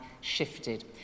shifted